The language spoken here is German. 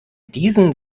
diesem